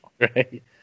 right